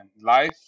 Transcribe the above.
life